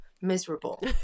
miserable